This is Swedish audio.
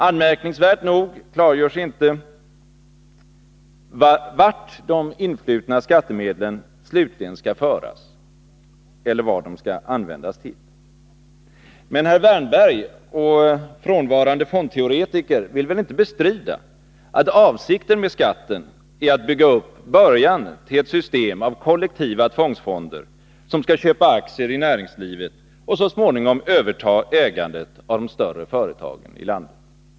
Anmärkningsvärt nog klargörs inte vart de influtna skattemedlen slutligen skall föras eller vad de skall användas till. Men herr Wärnberg och frånvarande fondteoretiker vill väl inte bestrida att avsikten med skatten är att bygga upp början till ett system av kollektiva tvångsfonder, som skall köpa aktier i näringslivet och så småningom överta ägandet av de större företagen i landet?